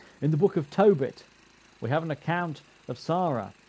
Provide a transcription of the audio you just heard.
in the book of tobit we have an account of sara,